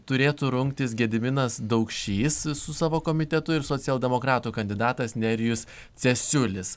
turėtų rungtis gediminas daukšys su savo komitetu ir socialdemokratų kandidatas nerijus cesiulis